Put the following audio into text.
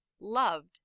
loved